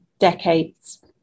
Decades